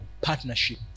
partnership